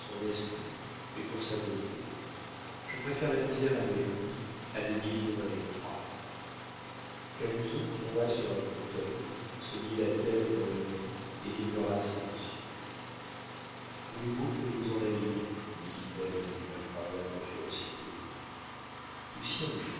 son esprit mais pour sa beauté je préfère la misère avec lui à des millions avec toi camusot tomba sur un fauteuil se mit la tête dans les mains et demeura silencieux voulez-vous que nous nous en allions lui dit-elle avec une incroyable férocité lucien